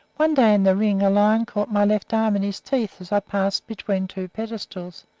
one day in the ring a lion caught my left arm in his teeth as i passed between two pedestals.